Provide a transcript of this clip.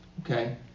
okay